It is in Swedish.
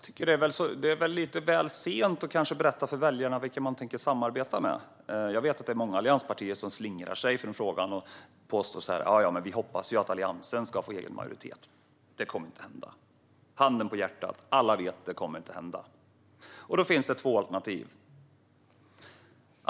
Herr talman! Det är lite sent att berätta för väljarna vilka man tänker samarbeta med. Jag vet att många allianspartier slingrar sig och säger att de hoppas att Alliansen ska få egen majoritet. Men handen på hjärtat, alla vet att det inte kommer att hända. Då finns det två alternativ.